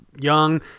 Young